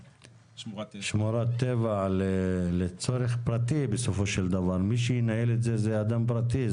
שהוא שמורת טבע לצורך פרטי בסופו של דבר כי מי שינהל את זה זה אדם פרטי,